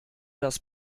das